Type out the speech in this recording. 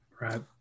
Right